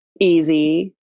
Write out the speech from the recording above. easy